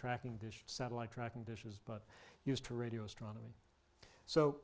tracking dish satellite tracking dishes but used to radio astronomy so